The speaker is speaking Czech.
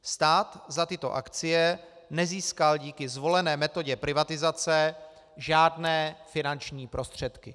Stát za tyto akcie nezískal díky zvolené metodě privatizace žádné finanční prostředky.